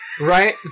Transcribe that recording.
Right